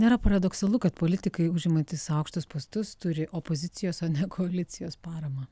nėra paradoksalu kad politikai užimantys aukštus postus turi opozicijos o ne koalicijos paramą